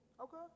Okay